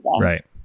Right